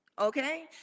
Okay